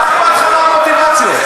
מה אכפת לך מה המוטיבציות?